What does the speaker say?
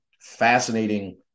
fascinating